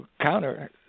counter